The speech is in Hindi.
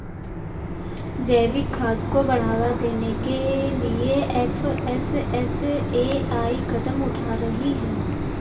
जैविक खाद को बढ़ावा देने के लिए एफ.एस.एस.ए.आई कदम उठा रही है